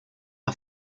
are